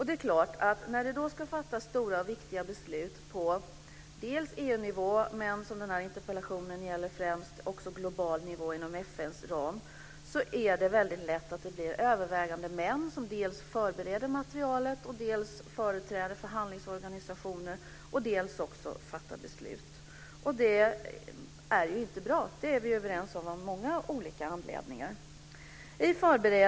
Det är klart att när det ska fattas stora och viktiga beslut på dels EU-nivå, dels global nivå inom FN:s ram - som den här interpellationen främst gäller - är det väldigt lätt att det blir övervägande män som förbereder materialet, företräder förhandlingsorganisationer och fattar beslut. Det är inte bra. Det är vi överens om av många olika anledningar.